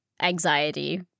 anxiety